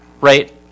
Right